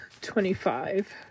twenty-five